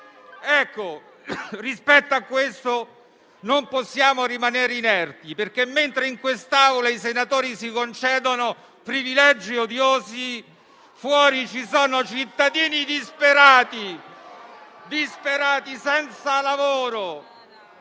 Rispetto a questo non possiamo rimanere inerti, perché, mentre in quest'Aula i senatori si concedono privilegi odiosi, fuori ci sono cittadini disperati, senza lavoro